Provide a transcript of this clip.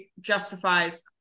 justifies